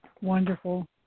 Wonderful